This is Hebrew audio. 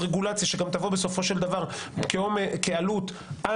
רגולציה שגם תבוא בסופו של דבר כעלות על